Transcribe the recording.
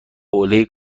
حوله